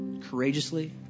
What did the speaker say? courageously